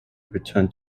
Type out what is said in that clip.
returned